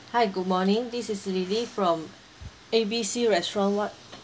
hi good morning this is lily from A B C restaurant what